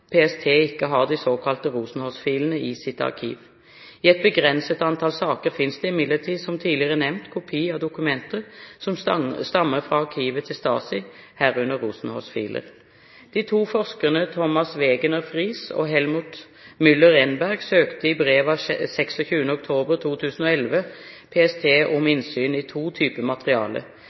PST, ikke har de såkalte Rosenholz-filene i sitt arkiv. I et begrenset antall saker finnes det imidlertid, som tidligere nevnt, kopi av dokumenter som stammer fra arkivet til Stasi, herunder Rosenholz-filer. De to forskerne Thomas Wegener Friis og Helmut Müller-Enberg søkte i brev av 26. oktober 2011 PST om innsyn i to typer materiale.